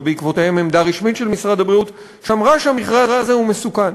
ובעקבותיהם עמדה רשמית של משרד הבריאות שאמרה שהמכרה הזה מסוכן.